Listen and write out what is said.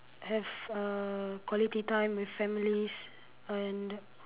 have uh quality time with families and